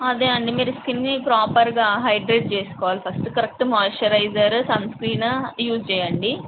అదే అండి మీరు స్కిన్ని ప్రాపర్గా హైడ్రేట్ చేసుకోవాలి first correct moisturiser sunscreen use చెయ్యండి